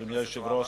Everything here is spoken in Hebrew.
חבר הכנסת והבה,